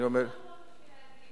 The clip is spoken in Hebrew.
הוא לא פה בשביל להגיב.